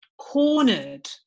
cornered